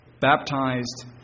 Baptized